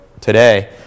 today